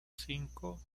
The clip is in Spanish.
cinco